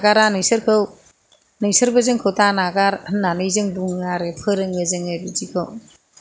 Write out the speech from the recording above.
जोंबो नागारा नोंसोरखौ नोंसोरबो जोंखौ दानागार होन्नानै जों बुङो आरो फोरोङो जोङो बिदिखौ